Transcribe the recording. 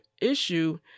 issue